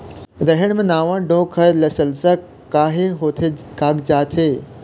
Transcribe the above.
रहेड़ म नावा डोंक हर लसलसा काहे होथे कागजात हे?